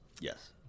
yes